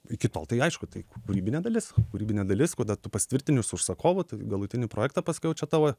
iki tol tai aišku tai kūrybinė dalis kūrybinė dalis kada tu pasitvirtini su užsakovu tai galutinį projektą pasakiau čia tavo